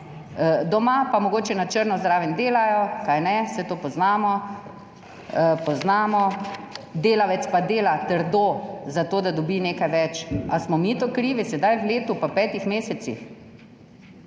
doma, pa mogoče na črno zraven delajo, kajne, saj to poznamo, delavec pa dela trdo, zato da dobi nekaj več. Ali smo mi za to krivi sedaj, v letu pa petih mesecih?